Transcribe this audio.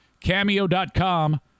Cameo.com